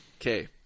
Okay